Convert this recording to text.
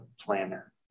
planner